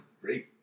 great